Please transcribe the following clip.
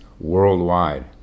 worldwide